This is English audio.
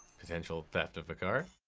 potential theft of a car.